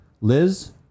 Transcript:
Liz